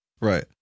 Right